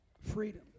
freedom